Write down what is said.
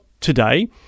today